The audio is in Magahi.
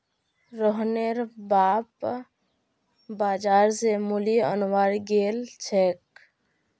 रोहनेर बाप बाजार स मूली अनवार गेल छेक